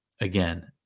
again